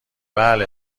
بله